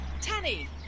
Tanny